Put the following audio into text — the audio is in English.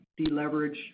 deleverage